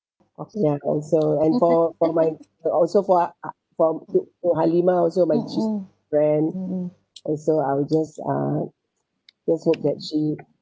ya also and for my also for ha~ for to to Halimah also my best friend also I'll just uh just hope that she